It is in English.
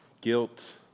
guilt